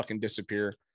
disappear